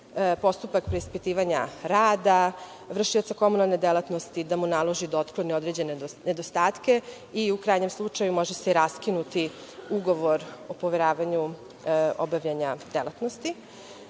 postupak preispitivanja rada vršioca komunalne delatnosti, da mu naloži da otkloni određene nedostatke i u krajnjem slučaju može se raskinuti ugovor o poveravanju obavljanja delatnosti. Što